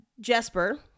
Jesper